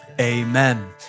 Amen